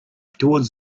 toward